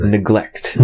Neglect